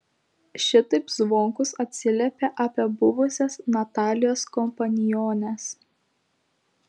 šitaip zvonkus atsiliepė apie buvusias natalijos kompaniones